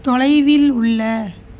தொலைவில் உள்ள